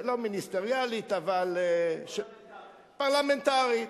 לא מיניסטריאלית, אבל, פרלמנטרית.